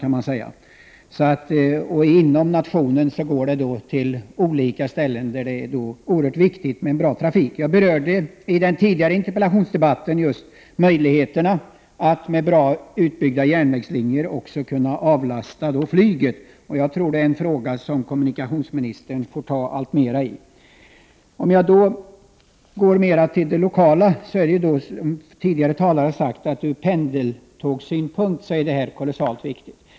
Inom Sverige har Göteborg förbindelser med en rad olika orter, och därför är det oerhört viktigt med en bra trafik. I den tidigare interpellationsdebatten berörde jag just möjligheterna att med väl utbyggda järnvägslinjer avlasta flyget. Jag tror att detta är en fråga som kommunikationsministern bör ta itu med. När det gäller den lokala betydelsen har tidigare talare sagt att detta från pendeltågssynpunkt är kolossalt viktigt.